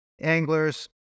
anglers